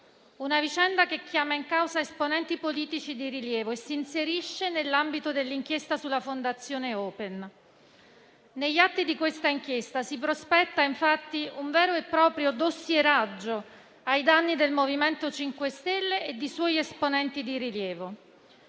una vicenda che chiama in causa esponenti politici di rilievo e si inserisce nell'ambito dell'inchiesta sulla fondazione Open. Negli atti di questa inchiesta si prospetta infatti un vero e proprio dossieraggio ai danni del MoVimento 5 Stelle e di suoi esponenti di rilievo.